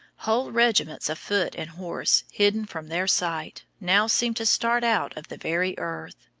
whole regiments of foot and horse, hidden from their sight, now seemed to start out of the very earth.